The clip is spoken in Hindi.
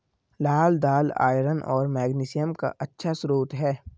लाल दालआयरन और मैग्नीशियम का अच्छा स्रोत है